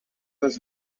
was